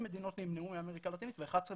מדינות נמנעו באמריקה הלטינית ו-11 בעד.